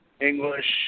English